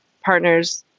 partners